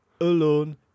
alone